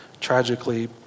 tragically